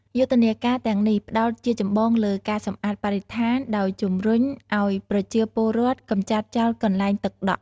យុទ្ធនាការទាំងនេះផ្តោតជាចម្បងលើ ការសម្អាតបរិស្ថាន ដោយជំរុញឱ្យប្រជាពលរដ្ឋកម្ចាត់ចោលកន្លែងទឹកដក់ ។